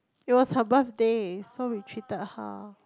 it was her birthday so we treated her